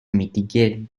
mitigate